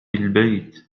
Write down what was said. البيت